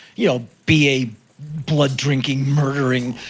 you know, be a blood-drinking, murdering,